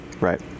right